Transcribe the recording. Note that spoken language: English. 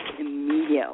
immediately